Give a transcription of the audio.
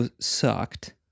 sucked